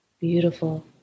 Beautiful